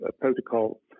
protocol